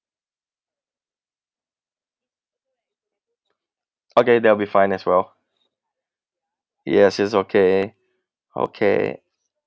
okay that will be fine as well yes it's okay okay